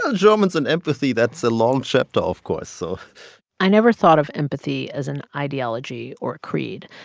ah germans and empathy that's a long chapter, of course. so. i never thought of empathy as an ideology or creed,